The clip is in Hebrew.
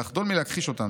ולחדול מלהכחיש אותם.